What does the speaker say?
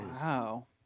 Wow